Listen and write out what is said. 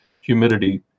humidity